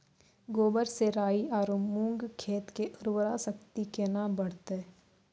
गोबर से राई आरु मूंग खेत के उर्वरा शक्ति केना बढते?